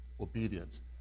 obedience